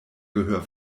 gehör